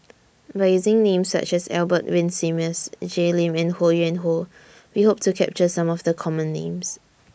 By using Names such as Albert Winsemius Jay Lim and Ho Yuen Hoe We Hope to capture Some of The Common Names